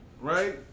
Right